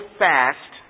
fast